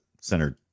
centered